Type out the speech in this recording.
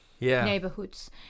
neighborhoods